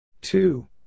Two